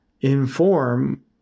inform